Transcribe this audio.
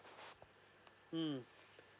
mm